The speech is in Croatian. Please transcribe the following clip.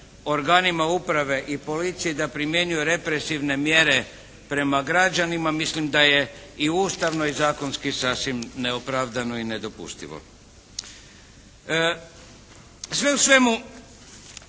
organima uprave i policije da primjenjuje represivne mjere prema građanima mislim da je i ustavno i zakonski sasvim neopravdano i nedopustivo. Sve u svemu